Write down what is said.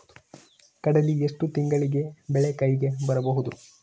ಕಡಲಿ ಎಷ್ಟು ತಿಂಗಳಿಗೆ ಬೆಳೆ ಕೈಗೆ ಬರಬಹುದು?